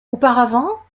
auparavant